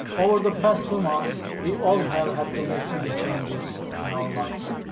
all of the possible loss we all have have to make many changes in our lives.